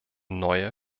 neue